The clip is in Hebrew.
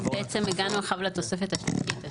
בעצם הגענו עכשיו לתוספת השלישית.